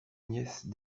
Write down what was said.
nièce